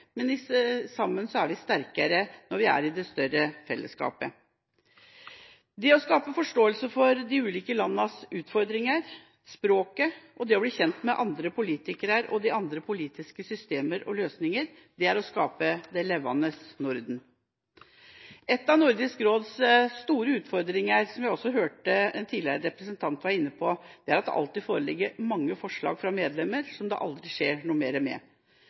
men sammen er vi sterkere når vi er i det større fellesskapet. Det å skape forståelse for de ulike landenes utfordringer, språket og det å bli kjent med andre politikere og andre politiske systemer og løsninger, er å skape det levende Norden. Én av Nordisk råds store utfordringer, som vi også hørte at en representant var inne på tidligere, er at det alltid foreligger mange forslag fra medlemmer som det aldri skjer noe mer med.